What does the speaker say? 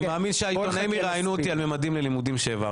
אני מאמין שהעיתונאים יראיינו אותי על ממדים ללימודים שהעברתי.